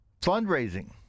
fundraising